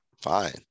fine